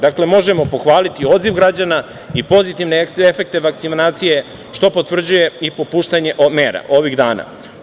Dakle, možemo pohvaliti odziv građana i pozitivne efekte vakcinacije, što potvrđuje i popuštanje mera ovih dana.